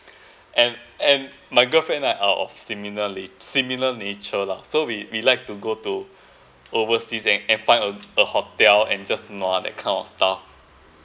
and and my girlfriend lah out of similarly similar nature lah so we we like to go to overseas and and find a a hotel and just nuah that kind of stuff